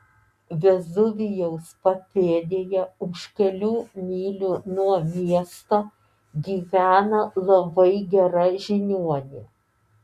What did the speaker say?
vezuvijaus papėdėje už kelių mylių nuo miesto gyvena labai gera žiniuonė